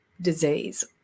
disease